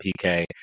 PK